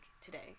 today